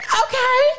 okay